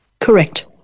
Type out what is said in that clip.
Correct